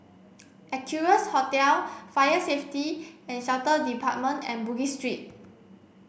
Equarius Hotel Fire Safety and Shelter Department and Bugis Street